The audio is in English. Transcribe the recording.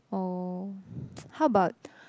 oh how about